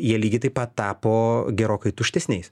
jie lygiai taip pat tapo gerokai tuštesniais